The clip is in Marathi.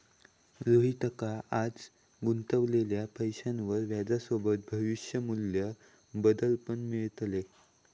रोहितका आज गुंतवलेल्या पैशावर व्याजसोबत भविष्य मू्ल्य बदल पण मिळतले